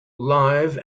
live